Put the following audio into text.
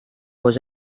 was